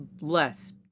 less